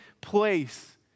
place